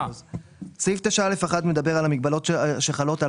סעיף 9(א)(1) מדבר על המגבלות שחלות על